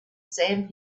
sand